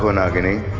but nagini.